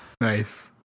Nice